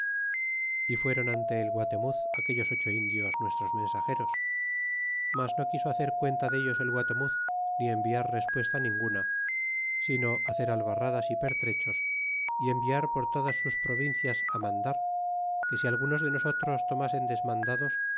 y fueron ante el guatemuz aquellos ocho in dios nuestros mensageros mas no quiso hacer cuenta dellos el guatemuz ni enviar respuesta ninguna sino hacer albarradas y pertrechos y enviar por todas sus provincias fi mandar que si algunos de nosotros tomasen